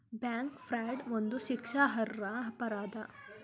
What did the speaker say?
bank fraud ಒಂದು ಶಿಕ್ಷಾರ್ಹ ಅಪರಾಧ